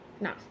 no